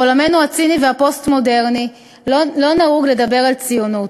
בעולמנו הציני והפוסט-מודרני לא נהוג לדבר על ציונות.